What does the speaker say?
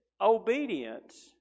obedience